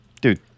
Dude